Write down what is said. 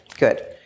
Good